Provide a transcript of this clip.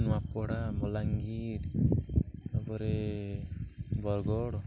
ନୂଆପଡ଼ା ବଲାଙ୍ଗୀର ତା'ପରେ ବରଗଡ଼